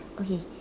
okay